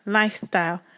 lifestyle